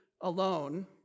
alone